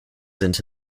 into